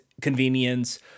Convenience